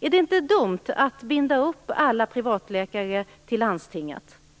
Är det inte dumt att binda alla privatläkare till landstinget?